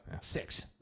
Six